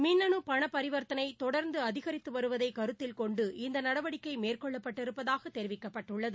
மின்னனு பணப் பரிவர்த்தனை தொடர்ந்து அதிகரித்து வருவதை கருத்தில் கொண்டு இந்த நடவடிக்கை மேற்கொள்ளப்பட்டிருப்பதாக தெரிவிக்கப்பட்டுள்ளது